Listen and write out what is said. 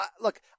Look